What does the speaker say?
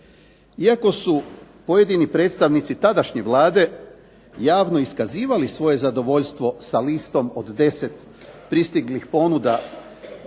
Iako su pojedini predstavnici tadašnje Vlade javno iskazivali svoje zadovoljstvo sa listom od 10 pristiglih ponuda